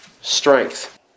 strength